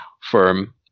firm